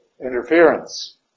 interference